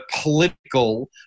political